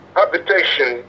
habitation